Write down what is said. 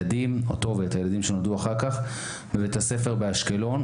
ואת הילדים שנולדו אחר כך בבית הספר באשקלון.